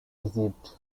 egypt